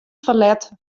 ferlet